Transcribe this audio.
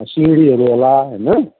सिँढीहरू होला होइन